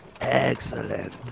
excellent